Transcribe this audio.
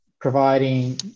providing